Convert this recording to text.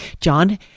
John